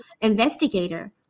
investigator